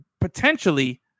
potentially